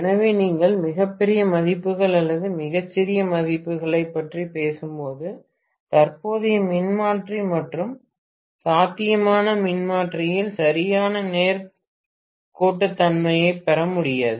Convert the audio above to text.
எனவே நீங்கள் மிகப் பெரிய மதிப்புகள் அல்லது மிகச் சிறிய மதிப்புகளைப் பற்றி பேசும்போது தற்போதைய மின்மாற்றி மற்றும் சாத்தியமான மின்மாற்றியில் சரியான நேர்கோட்டுத்தன்மையைப் பெற முடியாது